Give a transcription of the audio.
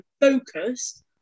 focus